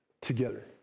together